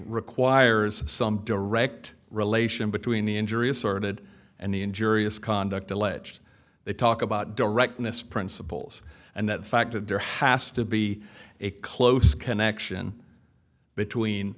requires some direct relation between the injury asserted and the injurious conduct alleged they talk about directness principles and the fact that there has to be a close connection between